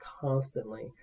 constantly